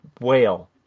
whale